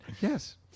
Yes